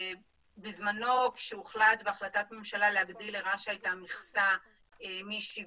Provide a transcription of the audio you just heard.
בזמנו כשהוחלט בהחלטת ממשלה להגדיל לרש"א את המכסה מ-75